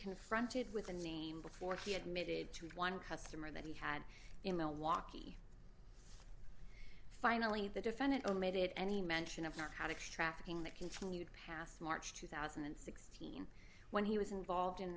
confronted with a name before he admitted to one customer that he had in milwaukee finally the defendant omitted any mention of not how to trafficking that continued past march two thousand and sixteen when he was involved in